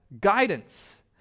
guidance